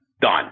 Done